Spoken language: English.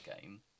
game